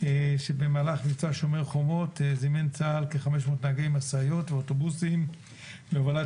במהלך מבצע "שומר חומות" זימן צה"ל כ-500 נהגי משאיות ואוטובוסים להובלת